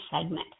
segment